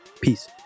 peace